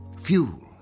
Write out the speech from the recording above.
fuel